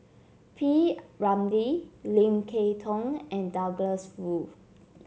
P Ramlee Lim Kay Tong and Douglas Foo